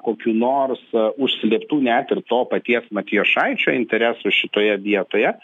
kokių nors užslėptų net ir to paties matijošaičio interesų šitoje vietoje